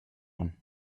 one